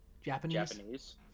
Japanese